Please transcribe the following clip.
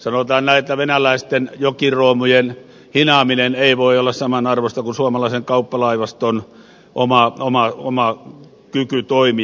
sanotaan näin että venäläisten jokiproomujen hinaaminen ei voi olla samanarvoista kuin suomalaisen kauppalaivaston oma kyky toimia